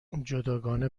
جداگانه